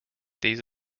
these